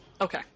okay